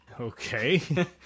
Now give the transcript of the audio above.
Okay